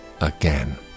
again